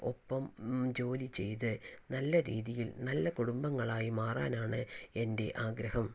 ഒപ്പം ജോലി ചെയ്ത് നല്ല രീതിയിൽ നല്ല കുടുംബങ്ങളായി മാറാനാണ് എൻ്റെ ആഗ്രഹം